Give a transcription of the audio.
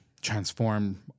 transform